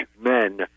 men